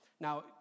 Now